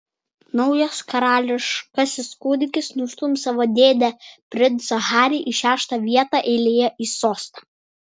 naujas karališkasis kūdikis nustums savo dėdę princą harį į šeštą vietą eilėje į sostą